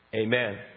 Amen